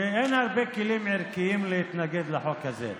שאין הרבה כלים ערכיים להתנגד לחוק הזה,